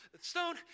stone